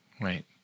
Right